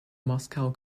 moscow